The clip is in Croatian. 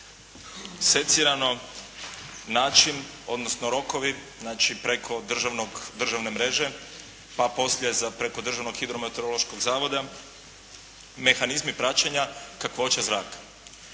secirano način odnosno rokovi, znači preko državne mreže pa poslije za, preko Državnog hidrometeorološkog zavoda, mehanizmi praćenja kakvoće zraka.